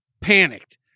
panicked